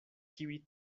kiuj